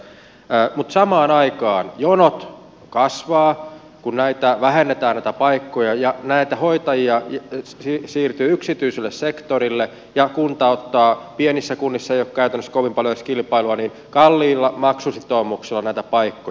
mutta samaan aikaan jonot kasvavat kun vähennetään näitä paikkoja ja näitä hoitajia siirtyy yksityiselle sektorille ja kunta ottaa pienissä kunnissa ei ole käytännössä kovin paljon edes kilpailua kalliilla maksusitoumuksilla näitä paikkoja